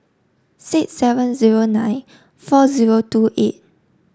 six seven zero nine four zero two eight